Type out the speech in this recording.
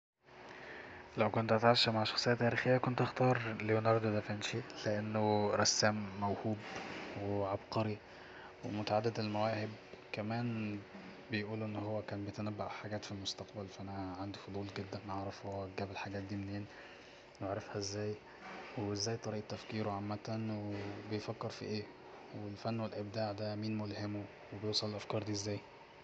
لو كنت هتعشى مع شخصية تاريخية كنت هختار ليوناردو دافنشي لانه رسام موهوب وعبقري ومتعدد المواهب كمان بيقولو أن هو كان بيتنبأ حاجات في المستقبل ف أنا عندي فضول جدا اعرف جاب الحاجات دي منين وعرفها ازاي وازاي طريقة تفكيره عامة وبيفكر في اي والفن والإبداع دا مين ملهمه وبيوصل للأفكار دي ازاي